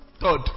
third